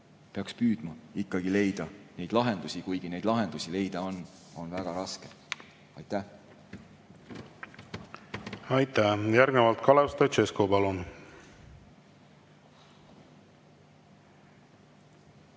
peaks püüdma ikkagi leida lahendusi, kuigi neid lahendusi leida on väga raske. Aitäh! Aitäh! Järgnevalt Kalev Stoicescu, palun!